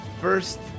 First